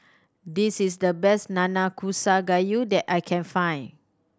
this is the best Nanakusa Gayu that I can find